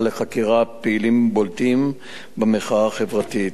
לחקירה פעילים בולטים במחאה החברתית.